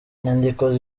nyandiko